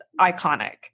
iconic